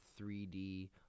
3D